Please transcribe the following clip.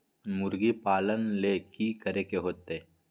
मुर्गी पालन ले कि करे के होतै?